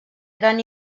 gran